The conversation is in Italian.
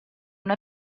una